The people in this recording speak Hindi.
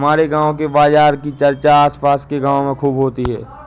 हमारे गांव के बाजार की चर्चा आस पास के गावों में खूब होती हैं